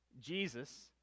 Jesus